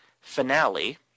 finale